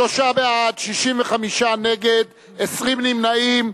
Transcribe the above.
שלושה בעד, 65 נגד, 20 נמנעים.